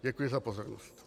Děkuji za pozornost.